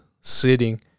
Sitting